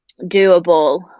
doable